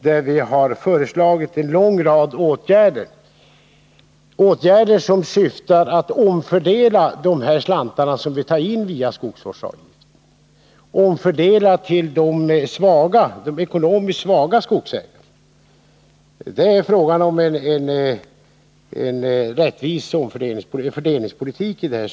Där framgår det att vi föreslagit en lång rad åtgärder som syftar till att omfördela de slantar som vi tar in via skogsvårdsavgifter till ekonomiskt svaga skogsägare. Det är fråga om en rättvis omfördelning.